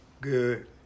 Good